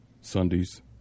Sundays